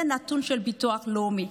זה נתון של ביטוח לאומי.